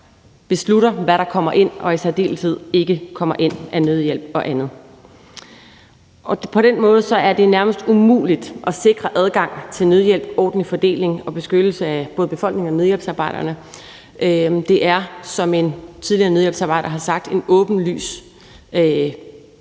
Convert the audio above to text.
beslutter, hvad der kommer ind og i særdeleshed ikke kommer ind af nødhjælp og andet. På den måde er det nærmest umuligt at sikre adgang til nødhjælp og ordentlig fordeling og beskyttelse af både befolkningen og nødhjælpsarbejderne. Det er, som en tidligere nødhjælpsarbejder har sagt, en åbenlys